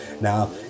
Now